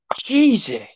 Jesus